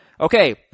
Okay